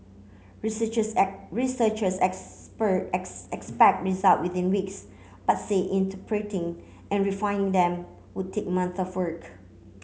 researchers researchers expect results within weeks but say interpreting and refining them would take months of work